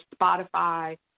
Spotify